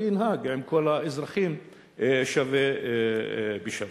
וינהג עם כל האזרחים שווה בשווה.